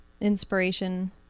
inspiration